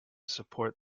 support